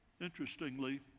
Interestingly